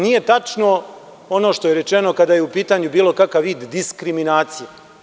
Nije tačno ono što je rečeno kada je u pitanju bilo kakav vid diskriminacije.